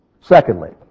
Secondly